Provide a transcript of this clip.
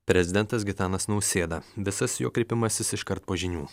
prezidentas gitanas nausėda visas jo kreipimasis iškart po žinių